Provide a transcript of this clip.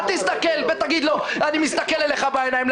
אל תגיד לו: אני מסתכל אליך בעיניים.